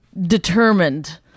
determined